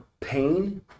pain